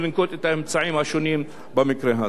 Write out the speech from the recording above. או לנקוט את האמצעים השונים במקרה הזה.